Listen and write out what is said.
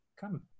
come